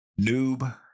Noob